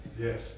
Yes